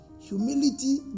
Humility